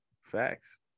Facts